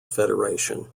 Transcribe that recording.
federation